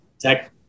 tech